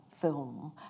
film